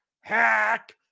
Hack